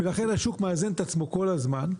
ולכן השוק מאזן את עצמו כל הזמן.